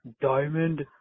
Diamond